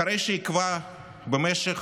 אחרי שעיכבה במשך